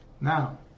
Now